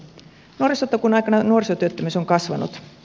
nuorisotakuun aikana nuorisotyöttömyys on kasvanut